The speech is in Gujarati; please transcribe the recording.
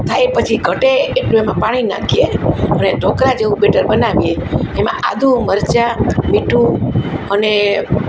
થાય પછી ઘટે એટલું એમાં પાણી નાખીએ અને ઢોકળા જેવું બેટર બનાવીએ એમાં આદું મરચાં મીઠું અને